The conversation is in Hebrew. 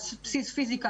פיזיקה,